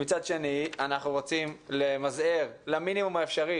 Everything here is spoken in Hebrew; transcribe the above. ומצד שני אנחנו רוצים למזער למינימום האפשרי